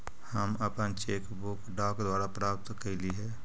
हम अपन cheque book डाक द्वारा प्राप्त कईली हे